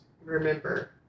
remember